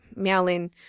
meowlin